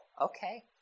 okay